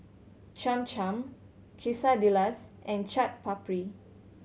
Cham Cham Quesadillas and Chaat Papri